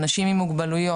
אנשים עם מוגבלויות,